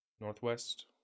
northwest